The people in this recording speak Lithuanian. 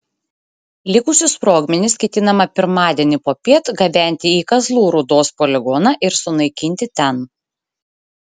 likusius sprogmenis ketinama pirmadienį popiet gabenti į kazlų rūdos poligoną ir sunaikinti ten